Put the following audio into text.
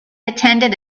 attended